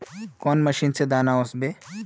कौन मशीन से दाना ओसबे?